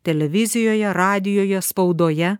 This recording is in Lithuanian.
televizijoje radijuje spaudoje